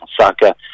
Saka